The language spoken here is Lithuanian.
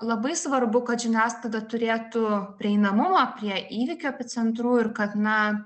labai svarbu kad žiniasklaida turėtų prieinamumą prie įvykių epicentrų ir kad na